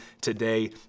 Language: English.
today